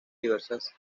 diversas